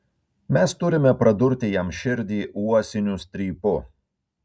mes turime pradurti jam širdį uosiniu strypu